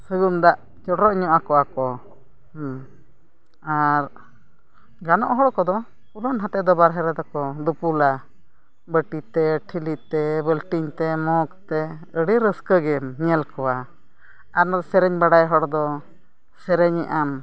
ᱥᱟᱹᱜᱩᱱ ᱫᱟᱜ ᱪᱚᱰᱚᱨ ᱧᱚᱜ ᱠᱚᱣᱟ ᱠᱚ ᱟᱨ ᱜᱟᱱᱚᱜ ᱦᱚᱲ ᱠᱚᱫᱚ ᱯᱩᱨᱟᱹ ᱱᱟᱛᱮᱫᱚ ᱵᱟᱦᱨᱮ ᱨᱮᱫᱚ ᱠᱚ ᱫᱩᱯᱩᱞᱟ ᱵᱟᱹᱴᱤᱛᱮ ᱴᱷᱤᱞᱤᱛᱮ ᱵᱟᱹᱞᱴᱤᱱ ᱛᱮ ᱢᱚᱜᱽᱛᱮ ᱟᱹᱰᱤ ᱨᱟᱹᱥᱠᱟᱹᱜᱮᱢ ᱧᱮᱞ ᱠᱚᱣᱟ ᱟᱨ ᱥᱮᱨᱮᱧ ᱵᱟᱰᱟᱭ ᱦᱚᱲ ᱫᱚ ᱥᱮᱨᱮᱧᱮᱜᱼᱟᱢ